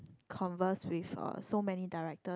converse with uh so many directors